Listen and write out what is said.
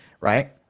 right